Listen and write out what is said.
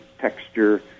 texture